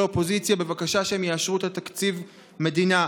אופוזיציה בבקשה שהם יאשרו את תקציב המדינה.